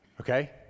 Okay